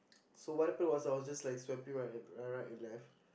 so what happen was I was just like swiping right and right and left